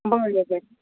बरें बरें